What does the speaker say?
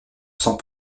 cent